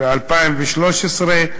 ב-2013,